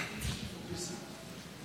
פשוט לא ייאמן.